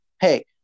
hey